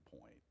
point